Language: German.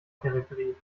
peripherie